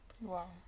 Wow